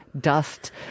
dust